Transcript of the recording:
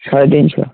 সাড়ে তিনশো